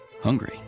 hungry